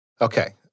Okay